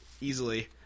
easily